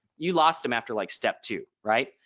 you lost them after like step two. right.